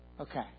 Okay